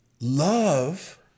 love